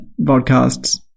podcasts